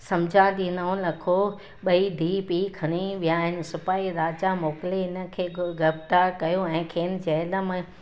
समुझां थी नओं लखो ॿई धीउ पीउ खणी विया आहिनि सिपाहीअ राजा मोकिले हिन खे गिरफ्तारु कयो ऐं खेनि जेल में विधाईं